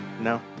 No